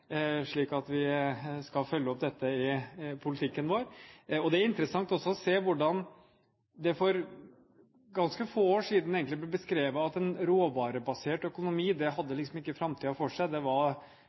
vi skal følge opp dette i politikken vår. Det er interessant å se hvordan det for ganske få år siden, egentlig, ble beskrevet at en råvarebasert økonomi hadde liksom ikke framtiden for seg. Det